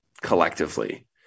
collectively